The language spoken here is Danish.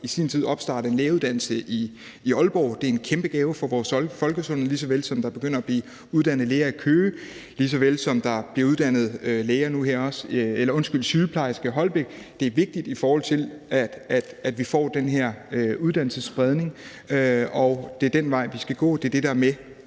i sin tid blev opstartet en lægeuddannelse i Aalborg. Det er en kæmpe gave for vores folkesundhed, lige så vel som der begynder at blive uddannet læger i Køge, og lige så vel som der nu her også bliver uddannet sygeplejersker i Holbæk. Det er vigtigt, i forhold til at vi får den her uddannelsesspredning. Det er den vej, vi skal gå, og det er det, der skal